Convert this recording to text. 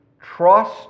trust